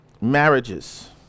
marriages